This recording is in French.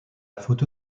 photo